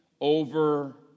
over